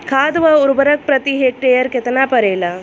खाद व उर्वरक प्रति हेक्टेयर केतना परेला?